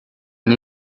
and